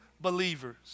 believers